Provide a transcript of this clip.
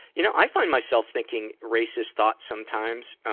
you know, i find myself thinking racist thoughts sometimes.